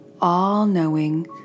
all-knowing